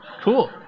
cool